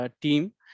team